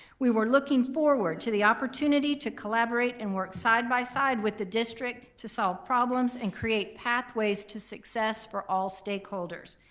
we were looking forward to the opportunity to collaborate and work side-by-side with the district to solve problems and create pathways to success for all stakeholders.